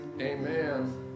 Amen